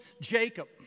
Jacob